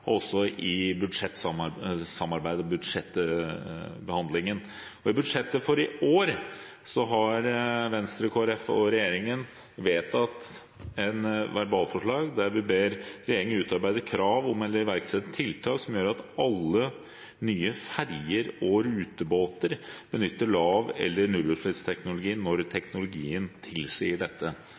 i budsjettsamarbeidet og under budsjettbehandlingen. I forbindelse med budsjettet for i år vedtok Venstre, Kristelig Folkeparti og regjeringspartiene et verbalforslag der vi «ber regjeringen utarbeide krav om eller iverksette tiltak som gjør at alle nye ferjer, rutebåter benytter lav- eller nullutslippsteknologi når teknologien tilsier dette».